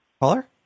caller